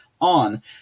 on